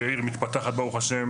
העיר מתפתחת ברוך ה',